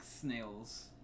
snails